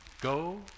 go